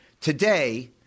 Today